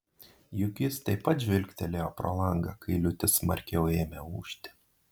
juk jis taip pat žvilgtelėjo pro langą kai liūtis smarkiau ėmė ūžti